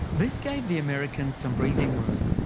this gave the americans some breathing room,